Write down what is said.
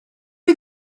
wir